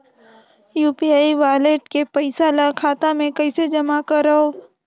UPI wallet के पईसा ल खाता मे कइसे जमा करव?